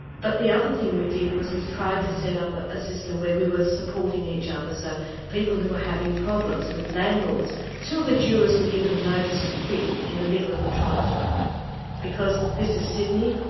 but the other thing we did was we tried to set up a system where we were supporting each other, so people who were having problems with landlords two of the jurors were given notice to quit in the middle of the trial because this is sydney,